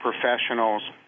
professionals